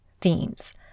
themes